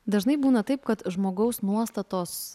dažnai būna taip kad žmogaus nuostatos